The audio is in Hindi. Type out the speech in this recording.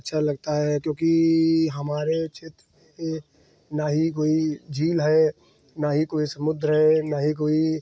अच्छा लगता है क्योंकि हमारे क्षेत्र में ना ही कोई झील है ना ही कोई समुद्र है ना ही कोई